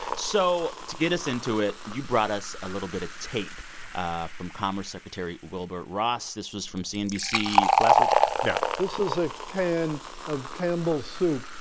so to get us into it, you brought us a little bit of tape ah from commerce secretary wilbur ross. this was from cnbc last week yeah this is a can of campbell's soup.